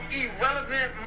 irrelevant